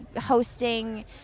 hosting